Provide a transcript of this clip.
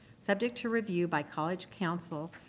subject to review by college counsel,